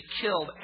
killed